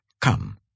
Come